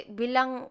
bilang